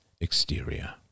exterior